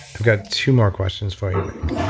i've got two more questions for you.